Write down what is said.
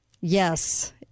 Yes